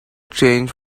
change